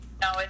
No